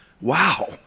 Wow